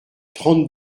trente